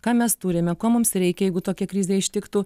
ką mes turime ko mums reikia jeigu tokia krizė ištiktų